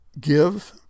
Give